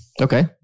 Okay